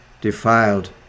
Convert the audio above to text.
defiled